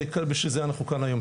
ובשביל זה אנחנו כאן היום.